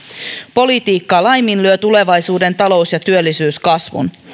politiikka laiminlyö tulevaisuuden talous ja työllisyyskasvun